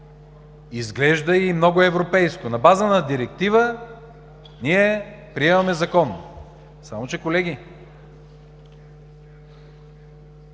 Изглежда и много европейско – на база на директива, ние приемаме закон. Само че, колеги,